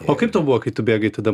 o kaip tau buvo kai tu bėgai tada